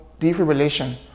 defibrillation